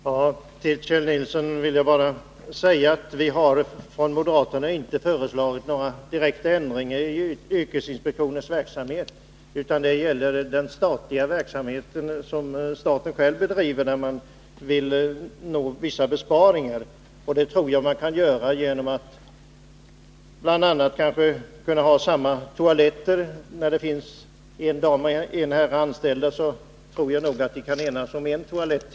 Herr talman! Till Kjell Nilsson vill jag bara säga att vi moderater inte föreslagit några direkta ändringar i yrkesinspektionens verksamhet, utan det gäller besparingar inom den statliga sektorns verksamhet för att åstadkomma vissa besparingar. Det tror jag att man bl.a. kan göra på arbetsplatser där det finns en dam och en herre anställda genom att låta dem enas om en toalett.